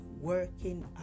working